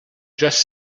just